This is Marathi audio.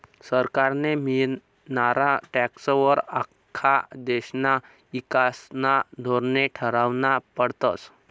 सरकारले मियनारा टॅक्सं वर आख्खा देशना ईकासना धोरने ठरावना पडतस